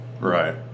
Right